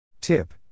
Tip